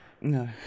No